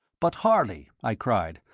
but, harley, i cried,